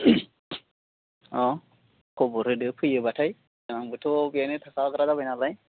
खबर होदो फैयोब्लाथाय आंबोथ' बेहायनो थाखाग्रा जाबाय नालाय